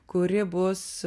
kuri bus